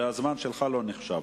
והזמן שלך לא נחשב.